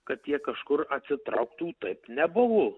kad tie kažkur atsitrauktų taip nebuvau